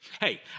Hey